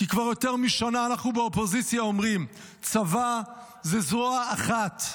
כי כבר יותר משנה אנחנו באופוזיציה אומרים: צבא זה זרוע אחת,